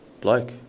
bloke